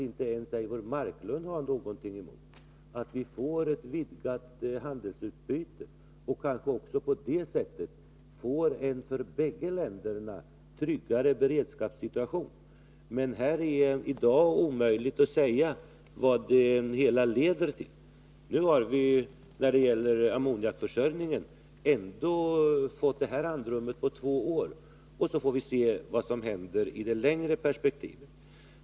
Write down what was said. Inte ens Eivor Marklund kan väl ha någonting emot att vi får ett vidgat handelsutbyte och kanske även på det sättet en för båda länderna tryggare beredskapssituation. Men i dag är det omöjligt att säga vad det hela leder till. När det gäller ammoniakförsörjningen har vi ändå fått ett andrum på två år. Sedan får vi se vad som händer i det längre perspektivet.